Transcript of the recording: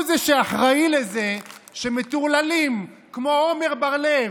הוא זה שאחראי לזה שמטורללים כמו עמר בר לב,